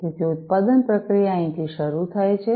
તેથી ઉત્પાદન પ્રક્રિયા અહીંથી શરૂ થાય છે